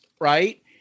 right